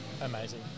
amazing